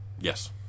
Yes